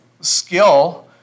skill